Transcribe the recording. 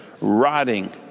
rotting